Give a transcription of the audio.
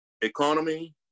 economy